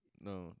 No